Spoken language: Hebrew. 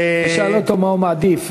תשאל אותו מה הוא מעדיף.